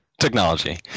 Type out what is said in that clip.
Technology